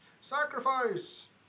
sacrifice